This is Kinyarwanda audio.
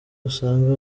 usanga